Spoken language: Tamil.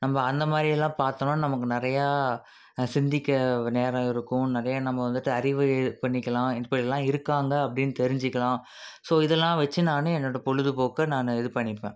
நம்ப அந்த மாதிரியெல்லாம் பார்த்தோம்னா நமக்கு நிறையா சிந்திக்க நேரம் இருக்கும் நிறையா நம்ம வந்துவிட்டு அறிவு இது பண்ணிக்கலாம் இப்படிலான் இருக்காங்க அப்படின்னு தெரிஞ்சுக்கலாம் ஸோ இதெல்லாம் வெச்சு நான் என்னோடய பொழுதுபோக்கை நான் இது பண்ணிப்பேன்